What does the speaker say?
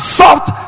soft